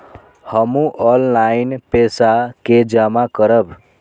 हमू ऑनलाईनपेसा के जमा करब?